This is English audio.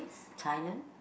Thailand